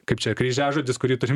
kaip čia kryžiažodis kurį turim